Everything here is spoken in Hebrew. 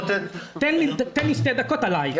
תן לי שתי דקות בבקשה.